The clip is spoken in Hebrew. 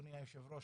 אדוני היושב-ראש,